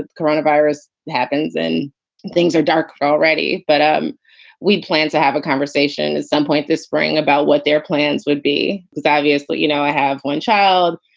ah coronavirus happens and and things are dark already. but um we plan to have a conversation at some point this spring about what their plans would be savviest. but you know, i have one child.